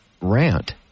rant